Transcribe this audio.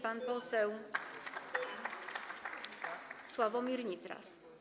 Pan poseł Sławomir Nitras.